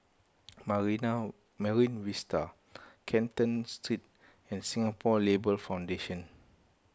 Marine Vista Canton Street and Singapore Labour Foundation